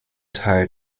teil